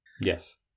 yes